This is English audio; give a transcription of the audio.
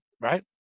Right